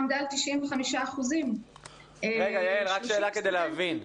עמדה על 95%. רק שאלה כדי שאני אבין,